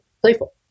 playful